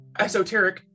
esoteric